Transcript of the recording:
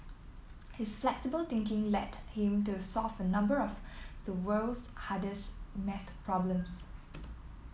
his flexible thinking led him to solve a number of the world's hardest maths problems